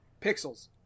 pixels